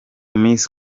miss